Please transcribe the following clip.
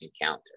encounter